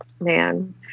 Man